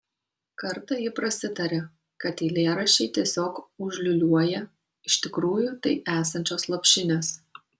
kartą ji prasitarė kad eilėraščiai tiesiog užliūliuoją iš tikrųjų tai esančios lopšinės